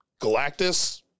Galactus